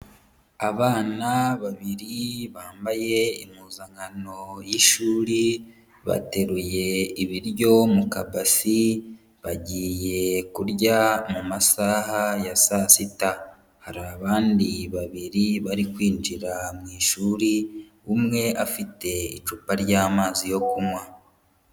Abana babiri bambaye impuzankano y'ishuri bateruye ibiryo mu kabasi bagiye kurya mu masaha ya saa sita. Hari abandi babiri bari kwinjira mu ishuri, umwe afite icupa ry'amazi yo kunywa.